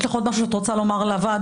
יש לך עוד משהו שאת רוצה לומר לוועדה?